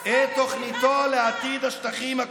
שלך,